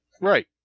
Right